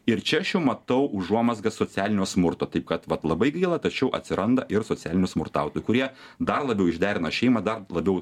ir čia aš jau matau užuomazgą socialinio smurto taip kad vat labai gaila tačiau atsiranda ir socialinių smurtautojų kurie dar labiau išderina šeimą dar labiau